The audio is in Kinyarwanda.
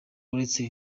uretse